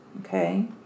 Okay